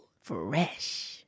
Fresh